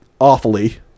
awfully